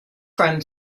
from